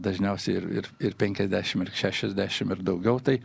dažniausiai ir ir ir penkiasdešimt ir šešiasdešimt ir daugiau tai